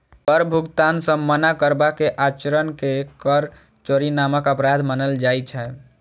कर भुगतान सं मना करबाक आचरण कें कर चोरी नामक अपराध मानल जाइ छै